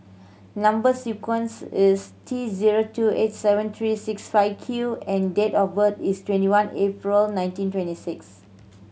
number sequence is T zero two eight seven three six five Q and date of birth is twenty one April nineteen twenty six